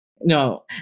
No